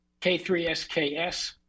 K3SKS